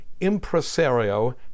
impresario